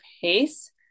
pace